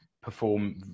perform